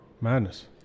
Madness